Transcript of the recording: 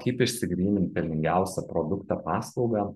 kaip išsigrynint pelningiausią produktą paslaugą